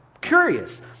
curious